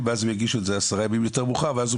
ואז הם יגישו את זה עשרה ימים יותר מאוחר ואז הוא